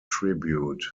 tribute